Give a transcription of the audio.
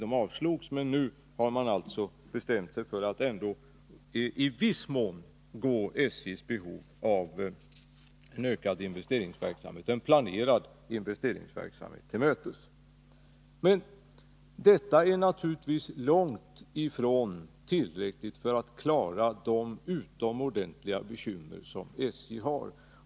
De avslogs, men nu har man alltså bestämt sig för att ändå i viss mån gå SJ:s önskemål om en planerad investeringsverksamhet till mötes. Men detta är långt ifrån tillräckligt för att klara de utomordentliga bekymmer som SJ har.